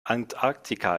antarktika